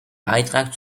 beitrag